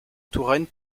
touraine